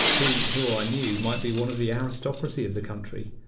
who, for all i knew, might be one of the aristocracy of the country.